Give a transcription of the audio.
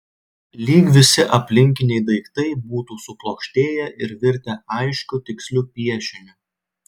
lyg visi aplinkiniai daiktai būtų suplokštėję ir virtę aiškiu tiksliu piešiniu